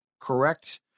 correct